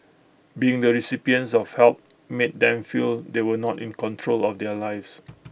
being the recipients of help made them feel they were not in control of their lives